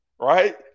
right